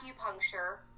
acupuncture